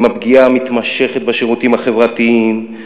עם הפגיעה המתמשכת בשירותים החברתיים,